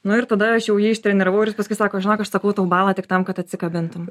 nu ir tada aš jau jį ištreniravau ir jis paskui sako žinok aš sakau tau balą tik tam kad atsikabintum